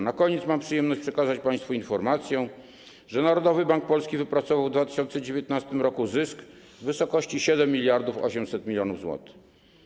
Na koniec mam przyjemność przekazać państwu informację, że Narodowy Bank Polski wypracował w 2019 r. zysk w wysokości 7800 mln zł.